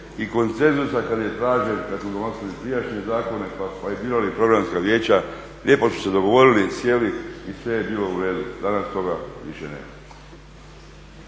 i konsenzusa kad je tražen kad smo donosili prijašnje zakone pa i birali programska vijeća, lijepo smo se dogovorili, sjeli i sve je bilo u redu. Danas toga više nema.